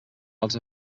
els